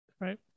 right